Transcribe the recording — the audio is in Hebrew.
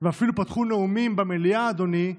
ואפילו פתחו נאומים במליאה, אדוני,